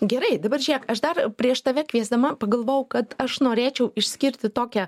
gerai dabar žiūrėk aš dar prieš tave kviesdama pagalvojau kad aš norėčiau išskirti tokią